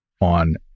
on